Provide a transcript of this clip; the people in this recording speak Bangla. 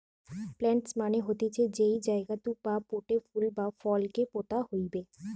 প্লান্টার্স মানে হতিছে যেই জায়গাতু বা পোটে ফুল বা ফল কে পোতা হইবে